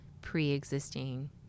pre-existing